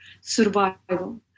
survival